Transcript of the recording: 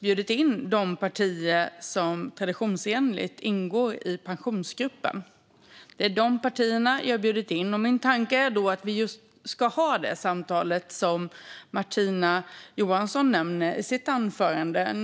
bjudit in de partier som traditionsenligt ingår i Pensionsgruppen, och min tanke är att vi ska ha det samtal som Martina Johansson nämnde i sitt anförande.